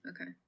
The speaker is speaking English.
okay